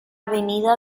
avenida